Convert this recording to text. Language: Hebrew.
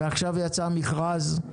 ועכשיו יצא מכרז.